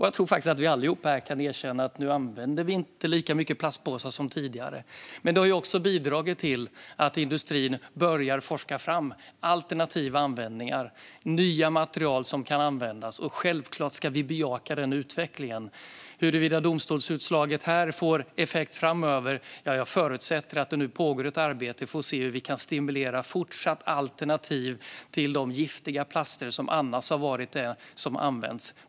Jag tror faktiskt att vi alla här kan erkänna att vi nu inte använder lika mycket plastpåsar som tidigare. Men detta har också bidragit till att industrin börjar forska fram alternativa användningar och nya material som kan användas. Självklart ska vi bejaka den utvecklingen. När det gäller om det här domstolsutfallet får effekt framöver förutsätter jag att det nu pågår ett arbete för att se hur vi fortsatt kan stimulera alternativ till de giftiga plaster som annars har använts.